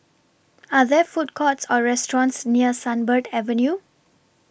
Are There Food Courts Or restaurants near Sunbird Avenue